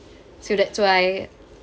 so that's why